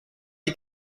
die